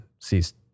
ceased